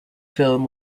film